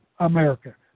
america